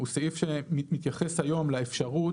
הוא סעיף שמתייחס היום לאפשרות